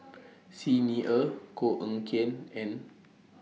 Xi Ni Er Koh Eng Kian and